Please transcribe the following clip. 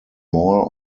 more